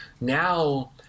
now